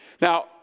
Now